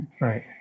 Right